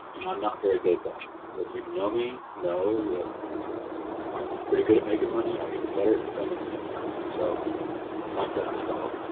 and i'm not very good at that those of you know me know that i'm pretty good at making money. i'm even better at spending it so time for that to stop